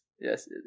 Yes